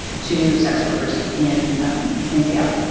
to sex workers in in seattle.